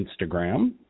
Instagram